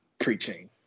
preaching